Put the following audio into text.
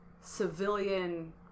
civilian